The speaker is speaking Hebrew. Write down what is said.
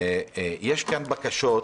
יש כאן בקשות,